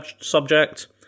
subject